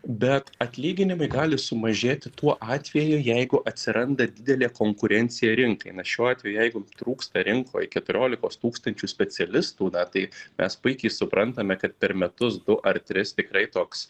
bet atlyginimai gali sumažėti tuo atveju jeigu atsiranda didelė konkurencija rinkai na šiuo atveju jeigu trūksta rinkoj keturiolikos tūkstančių specialistų na tai mes puikiai suprantame kad per metus du ar tris tikrai toks